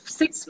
six